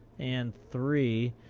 and three.